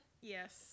Yes